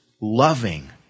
loving